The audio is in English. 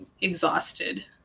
exhausted